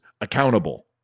accountable